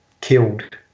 killed